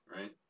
right